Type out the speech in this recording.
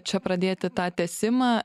čia pradėti tą tęsimą